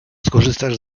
skorzystasz